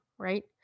right